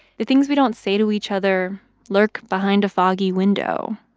the things we don't say to each other lurk behind a foggy window.